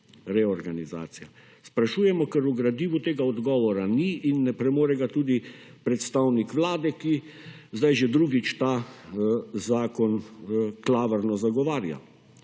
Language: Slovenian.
reorganizacija? Sprašujemo, ker v gradivu tega odgovora ni in ne premore ga tudi predstavnik Vlade, ki sedaj že drugič ta zakon klavrno zagovarja.